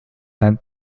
that